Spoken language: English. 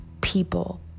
people